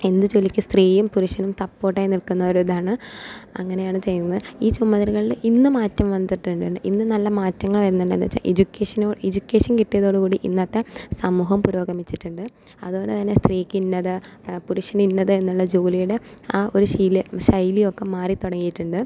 എന്ത് ജോലിക്കും സ്ത്രീയും പുരുഷനും സപ്പോർട്ടായി നിൽക്കുന്ന ഒരു ഇതാണ് അങ്ങനെയാണ് ചെയ്യുന്നത് ഈ ചുമതലകളിൽ ഇന്ന് മാറ്റം വന്നിട്ടുണ്ട് ഇന്ന് നല്ല മാറ്റങ്ങൾ വരുന്നുണ്ട് എന്ന് വെച്ചാൽ എഡ്യൂക്കേഷൻ എഡ്യൂക്കേഷൻ കിട്ടിയതോട് കൂടി ഇന്നത്തെ സമൂഹം പുരോഗമിച്ചിട്ടുണ്ട് അതുകൊണ്ട് തന്നെ സ്ത്രീക്ക് ഇന്നത് പുരുഷന് ഇന്നത് എന്ന ജോലികൾ ആ ഒരു ശീലം ശൈലി ഒക്കെ മാറി തുടങ്ങിയിട്ടുണ്ട്